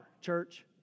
church